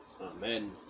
Amen